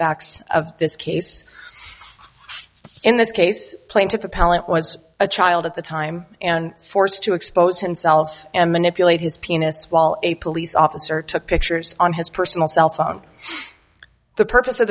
facts of this case in this case playing to propellant was a child at the time and forced to expose himself and manipulate his penis while a police officer took pictures on his personal cell phone the purpose of